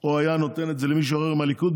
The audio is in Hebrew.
או היה נותן את זה למישהו אחר מהליכוד.